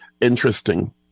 Interesting